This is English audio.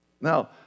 Now